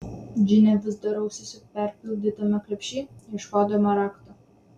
džinė vis dar rausėsi perpildytame krepšy ieškodama raktų